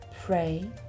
pray